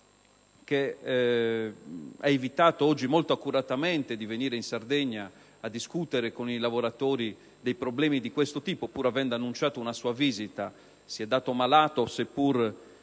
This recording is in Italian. ha evitato molto accuratamente di venire in Sardegna a discutere con i lavoratori di questi problemi, pur avendo annunciato una sua visita: si è dato malato seppure